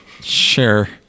Sure